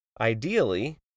Ideally